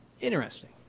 Interesting